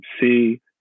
see